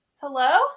Hello